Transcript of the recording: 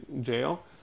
jail